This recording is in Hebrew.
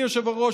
אדוני היושב-ראש,